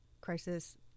crisis